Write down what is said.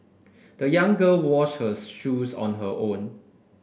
the young girl washed her shoes on her own